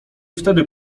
wtedy